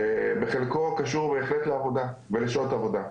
בחלקו קשור בהחלט לעבודה ולשעות העבודה.